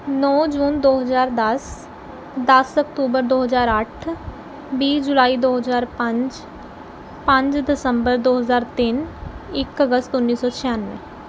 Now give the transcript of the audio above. ਨੌ ਜੂਨ ਦੋ ਹਜ਼ਾਰ ਦਸ ਦਸ ਅਕਤੂਬਰ ਦੋ ਹਜ਼ਾਰ ਅੱਠ ਵੀਹ ਜੁਲਾਈ ਦੋ ਹਜ਼ਾਰ ਪੰਜ ਪੰਜ ਦਸੰਬਰ ਦੋ ਹਜ਼ਾਰ ਤਿੰਨ ਇੱਕ ਅਗਸਤ ਉੱਨੀ ਸੌ ਛਿਆਨਵੇਂ